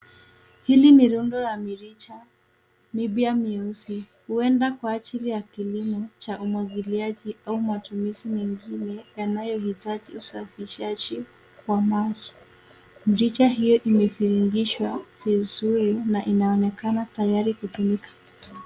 Hili ni rundo la mirija mipya meusi, huenda kwa ajili ya kilimo cha umwagiliaji au matumizi mengine yanayohitaji usafishaji wa maji. Mrija hiyo imebingirishwa vizuri na inaonekana tayari kutumika.